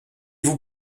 vous